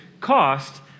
cost